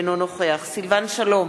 אינו נוכח סילבן שלום,